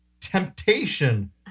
Temptation